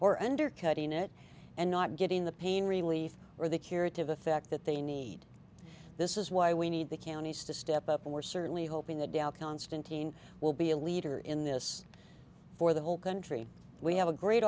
or undercutting it and not getting the pain relief or the curative effect that they need this is why we need the counties to step up and we're certainly hoping the dow constantine will be a leader in this for the whole country we have a great